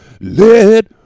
Let